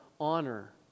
honor